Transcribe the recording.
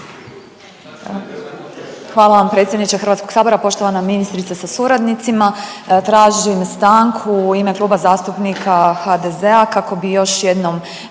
Hvala vam predsjedniče HS, poštovana ministrice sa suradnicima. Tražim stanku u ime Kluba zastupnika HDZ-a kako bi još jednom